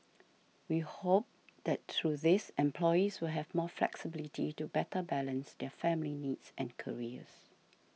we hope that through these employees will have more flexibility to better balance their family needs and careers